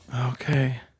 Okay